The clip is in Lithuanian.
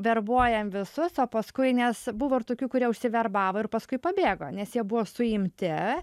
verbuojam visus o paskui nes buvo ir tokių kurie užsiverbavo ir paskui pabėgo nes jie buvo suimti